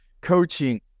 coaching